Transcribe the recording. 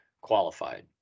qualified